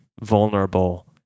vulnerable